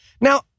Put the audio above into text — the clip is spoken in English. Now